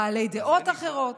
בעלי דעות אחרות.